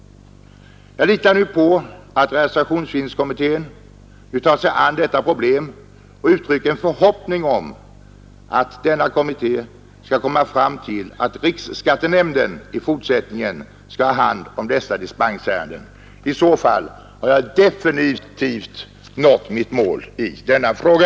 Jag litar nu på att realisationsvinstkommittén tar sig an detta problem, och jag uttrycker en förhoppning om att denna kommitté skall komma fram till att riksskattenämnden i fortsättningen bör handlägga dessa dispensärenden. I så fall har jag definitivt nått mitt mål i denna fråga.